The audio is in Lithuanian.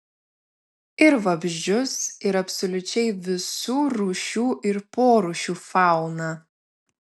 ir vabzdžius ir absoliučiai visų rūšių ir porūšių fauną